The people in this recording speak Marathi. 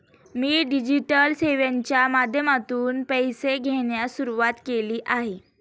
मी डिजिटल सेवांच्या माध्यमातून पैसे घेण्यास सुरुवात केली आहे